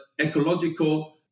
ecological